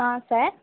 ஆ sir